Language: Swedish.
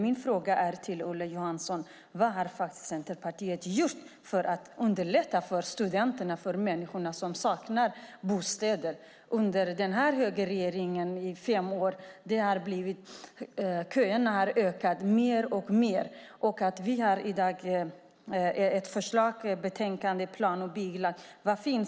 Vad har Centerpartiet gjort för att underlätta för studenterna, människorna, som saknar bostäder? Under den högerregering som har funnits i fem år har köerna blivit längre och längre. I dag finns ett förslag i betänkandet om plan och bygglagen.